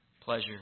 pleasure